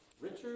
Richard